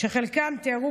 שחלקם תיארו